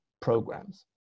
programs